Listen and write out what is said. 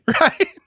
right